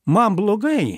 man blogai